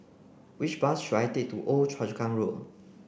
which bus should I take to Old Choa Chu Kang Road